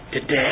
today